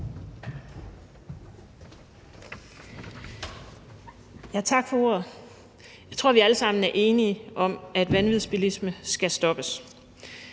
Tak for ordet. Jeg tror, at vi alle sammen er enige om, at vanvidsbilisme skal stoppes,